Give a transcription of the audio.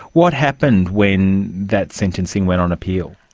what happened when that sentencing went on appeal?